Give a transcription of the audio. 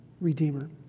Redeemer